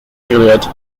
juilliard